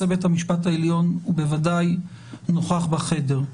בית המשפט העליון הוא בוודאי נוכח בחדר.